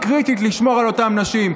היא קריטית לשמירה על אותן נשים.